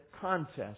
contest